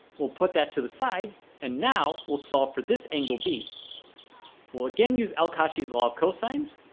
we'll put that to the side and now we'll solve for this angle b well again use al-kashi's law of cosines.